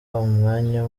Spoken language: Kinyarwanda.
umwanya